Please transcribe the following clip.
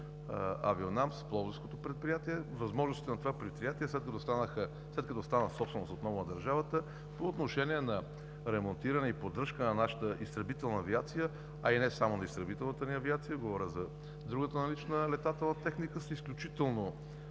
„Авионамс“ – пловдивското предприятие, възможностите на това предприятие, след като стана собственост отново на държавата по отношение на ремонтиране и поддържка на нашата изтребителна авиация, а и не само на изтребителната ни авиация, говоря за другата налична летателна техника, са изключително